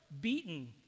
beaten